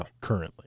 currently